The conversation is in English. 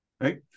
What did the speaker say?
right